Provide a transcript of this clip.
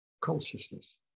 consciousness